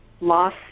loss